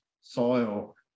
soil